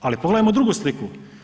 Ali pogledajmo drugu sliku.